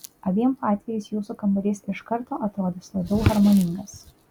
abiem atvejais jūsų kambarys iš karto atrodys labiau harmoningas